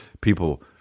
people